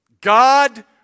God